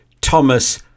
Thomas